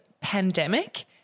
Pandemic